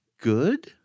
good